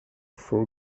fou